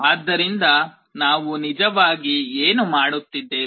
ಆದ್ದರಿಂದ ನಾವು ನಿಜವಾಗಿ ಏನು ಮಾಡುತ್ತಿದ್ದೇವೆ